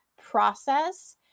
process